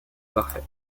parfait